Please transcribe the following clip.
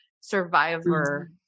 survivor